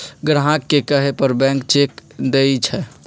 ग्राहक के कहे पर बैंक चेक देई छई